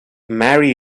marry